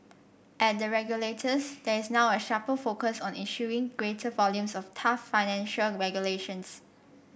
at the regulators there is now a sharper focus on issuing greater volumes of tough financial regulations